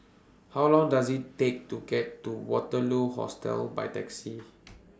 How Long Does IT Take to get to Waterloo Hostel By Taxi